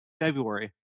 February